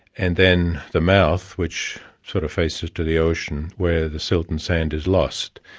and then the mouth, which sort of faces to the ocean, where the silt and sand is lost.